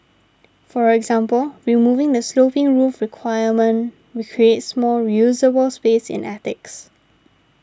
for example removing the sloping roof requirement recreates more usable space in attics